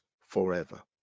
forever